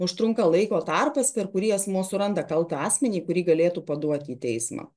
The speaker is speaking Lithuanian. užtrunka laiko tarpas per kurį asmuo suranda kaltą asmenį kurį galėtų paduoti į teismą